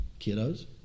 kiddos